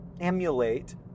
emulate